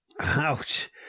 Ouch